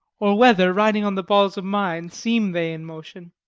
or whether riding on the balls of mine, seem they in motion?